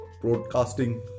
broadcasting